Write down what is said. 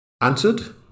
answered